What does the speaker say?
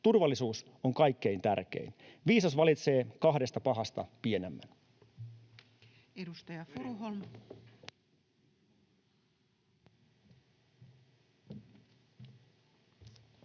Turvallisuus on kaikkein tärkein. Viisas valitsee kahdesta pahasta pienemmän.